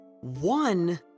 One